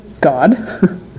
God